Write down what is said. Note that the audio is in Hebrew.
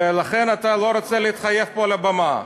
ולכן אתה לא רוצה להתחייב פה על הבמה.